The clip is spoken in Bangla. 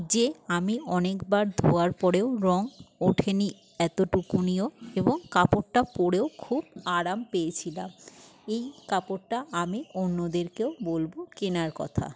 যে আমি অনেকবার ধোয়ার পরেও রং ওঠে নি এতোটুকুনিও এবং কাপড়টা পরেও খুব আরাম পেয়েছিলাম এই কাপড়টা আমি অন্যদেরকেও বলবো কেনার কথা